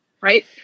right